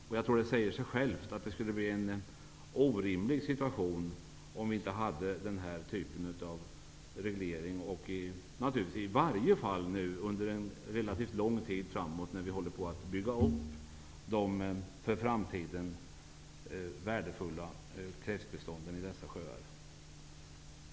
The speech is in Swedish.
Jag tror att det säger sig självt att det skulle bli en orimlig situation om vi inte hade den här typen av reglering, i varje fall nu och under en relativt lång tid framöver när vi håller på att bygga upp de för framtiden värdefulla kräftbestånden i dessa sjöar.